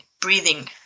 breathing